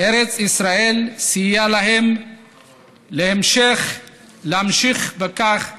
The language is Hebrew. ארץ ישראל סייעה להם להמשיך בכך